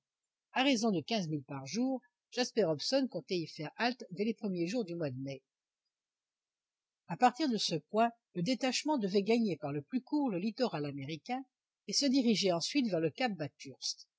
à raison de quinze milles par jour jasper hobson comptait y faire halte dès les premiers jours du mois de mai à partir de ce point le détachement devait gagner par le plus court le littoral américain et se diriger ensuite vers le cap bathurst